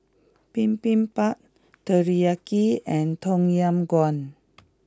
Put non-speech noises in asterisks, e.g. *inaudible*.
Bibimbap Teriyaki and Tom Yam Goong *noise*